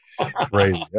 Crazy